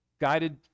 guided